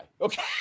Okay